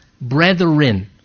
brethren